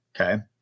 okay